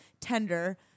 tender